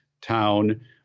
town